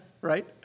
Right